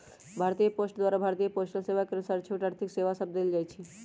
भारतीय पोस्ट द्वारा भारतीय पोस्टल सेवा के अनुसार छोट आर्थिक सेवा सभ देल जाइ छइ